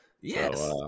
Yes